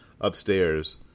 upstairs